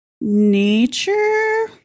nature